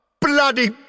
bloody